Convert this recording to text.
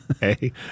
Hey